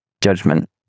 judgment